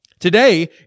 Today